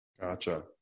Gotcha